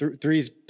Threes